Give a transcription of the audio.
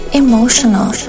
emotional